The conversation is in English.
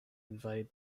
invade